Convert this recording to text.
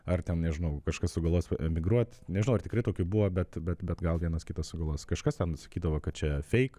ar ten nežinau kažkas sugalvos emigruot nežinau ar tikrai tokių buvo bet bet bet gal vienas kitas sugalvos kažkas ten sakydavo kad čia feik